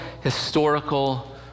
historical